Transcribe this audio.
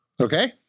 Okay